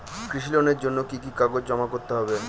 কৃষি লোনের জন্য কি কি কাগজ জমা করতে হবে?